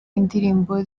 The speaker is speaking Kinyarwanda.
indirimbo